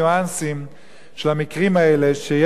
של המקרים האלה, שיש לשר סמכות